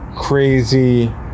crazy